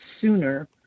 sooner